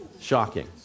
Shocking